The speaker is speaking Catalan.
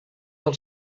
del